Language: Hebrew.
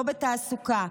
לא בתעסוקה?